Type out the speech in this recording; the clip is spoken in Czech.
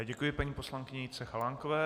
Děkuji paní poslankyni Jitce Chalánkové.